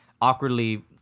awkwardly